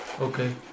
Okay